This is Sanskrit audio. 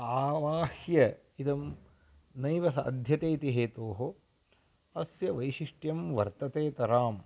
आवाह्य इदं नैव साध्यते इति हेतोः अस्य वैशिष्ट्यं वर्तते तरां